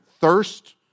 thirst